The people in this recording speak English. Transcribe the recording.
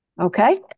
Okay